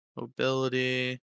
mobility